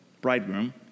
bridegroom